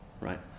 right